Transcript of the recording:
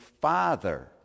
father